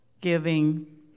giving